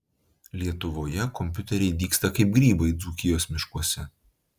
lietuvoje kompiuteriai dygsta kaip grybai dzūkijos miškuose